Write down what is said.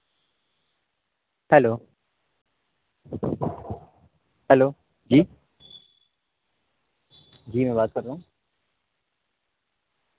hello hello جی جی میں بات کر رہا ہوں